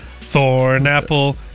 Thornapple